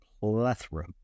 plethora